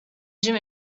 جیم